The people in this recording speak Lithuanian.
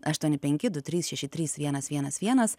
aštuoni penki du trys šeši trys vienas vienas vienas